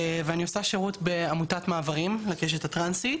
ואני עושה שירות בעמותת מעברים לקשת הטרנסית.